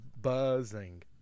Buzzing